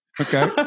Okay